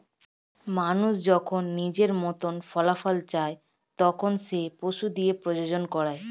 মানুষ যখন নিজের মতন ফলাফল চায়, তখন সে পশু দিয়ে প্রজনন করায়